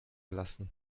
lassen